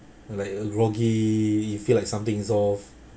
like a groggy you feel like something's off